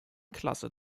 klasse